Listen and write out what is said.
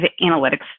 analytics